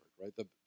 right